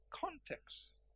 context